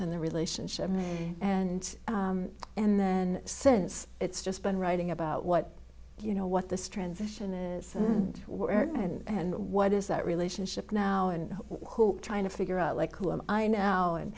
and the relationship and and then since it's just been writing about what you know what this transition is and what is that relationship now and who are trying to figure out like who am i now and